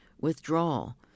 withdrawal